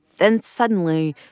then, suddenly,